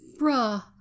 Bruh